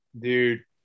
Dude